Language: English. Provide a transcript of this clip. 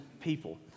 people